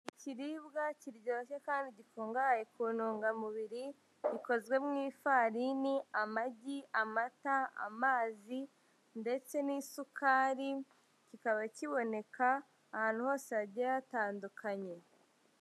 Ikiribwa kiryoshye kandi gikungahaye ku ntungamubiri gikozwe mu ifarini, amagi, amata, amazi ndetse n'isukari, kikaba kiboneka ahantu hose hagiye hatandukanye.